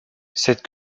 cette